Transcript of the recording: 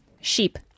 Sheep